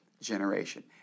generation